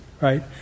right